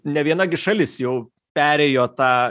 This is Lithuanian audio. ne viena gi šalis jau perėjo tą